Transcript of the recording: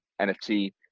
nft